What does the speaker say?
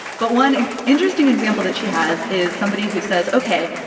but one interesting example that she has is somebody who says, ok,